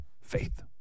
Faith